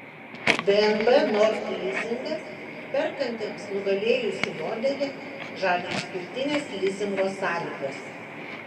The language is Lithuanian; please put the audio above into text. dnb nord lizingas perkantiems nugalėjusį modelį žada išskirtines lizingo sąlygas